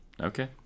okay